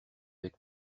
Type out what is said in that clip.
avec